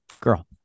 girl